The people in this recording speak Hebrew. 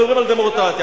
דווקא הגשתי.